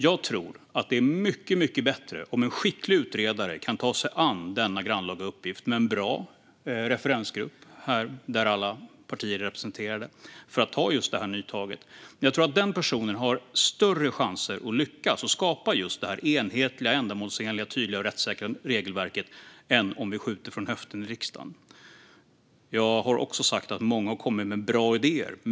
Jag tror att det är mycket bättre om en skicklig utredare kan ta sig an denna grannlaga uppgift - med en bra referensgrupp där alla partier är representerade - för att göra just det nytag jag nämnde. Jag tror att den personen har större chanser att lyckas och skapa just det här enhetliga, ändamålsenliga, tydliga och rättssäkra regelverket än om vi skjuter från höften i riksdagen. Jag har också sagt att många har kommit med bra idéer.